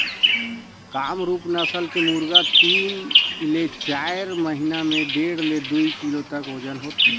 कामरूप नसल के मुरगा तीन ले चार महिना में डेढ़ ले दू किलो तक ओजन होथे